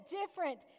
different